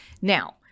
Now